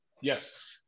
Yes